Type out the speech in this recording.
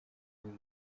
n’uyu